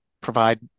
provide